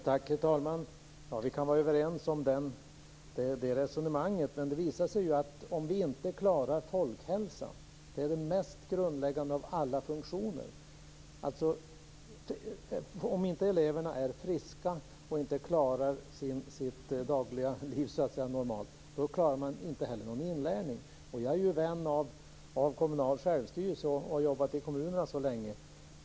Herr talman! Vi kan vara överens om det resonemanget. Men det kan ju visa sig att vi inte klarar att bevara folkhälsan. Det är ju den mest grundläggande av alla funktioner. Om eleverna inte är friska och inte klarar sitt dagliga liv normalt, klarar de inte heller någon inlärning. Jag är vän av kommunal självstyrelse och har jobbat i kommunerna länge.